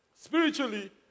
Spiritually